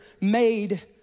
made